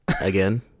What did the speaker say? again